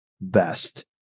best